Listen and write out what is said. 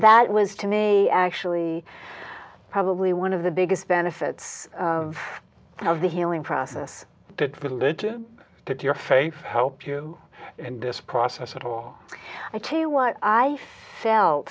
that was to me actually probably one of the biggest benefits of of the healing process that related to your faith help you in this process at all i tell you what i fel